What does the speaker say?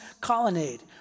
colonnade